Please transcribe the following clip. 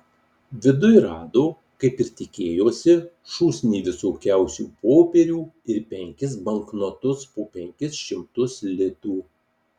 viduj rado kaip ir tikėjosi šūsnį visokiausių popierių ir penkis banknotus po penkis šimtus litų